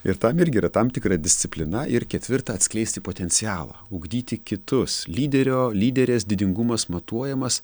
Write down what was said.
ir tam irgi yra tam tikra disciplina ir ketvirta atskleisti potencialą ugdyti kitus lyderio lyderės didingumas matuojamas